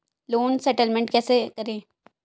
Loan settlement कैसे करें?